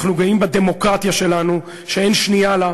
אנחנו גאים בדמוקרטיה שלנו, שאין שנייה לה,